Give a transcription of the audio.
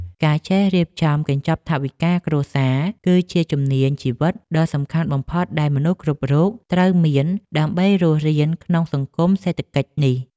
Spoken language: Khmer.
ការចេះរៀបចំកញ្ចប់ថវិកាគ្រួសារ គឺជាជំនាញជីវិតដ៏សំខាន់បំផុតដែលមនុស្សគ្រប់រូបត្រូវមាន ដើម្បីរស់រានក្នុងសង្គមសេដ្ឋកិច្ចនេះ។